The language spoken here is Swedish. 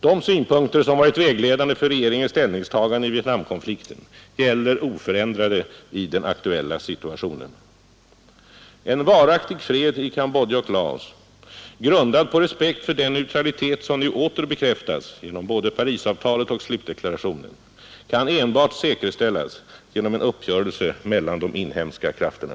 De synpunkter som varit vägledande för regeringens ställningstagande i Vietnamkonflikten gäller oförändrade i den aktuella situationen. En varaktig fred i Cambodja och Laos, grundad på respekt för den neutralitet som nu åter bekräftas genom både Parisavtalet och slutdeklarationen, kan enbart säkerställas genom en uppgörelse mellan de inhemska krafterna.